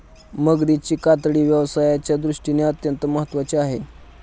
मगरीची कातडी व्यवसायाच्या दृष्टीने अत्यंत महत्त्वाची आहे